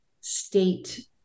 state